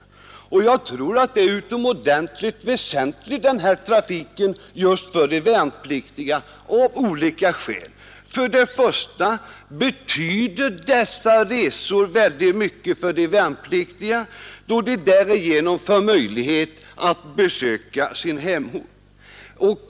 Denna trafik är av olika skäl utomordentligt väsentlig för de värnpliktiga. För det första betyder dessa resor oerhört mycket för de värnpliktiga, då de därigenom får möjlighet att besöka sin hemort.